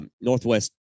Northwest